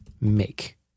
make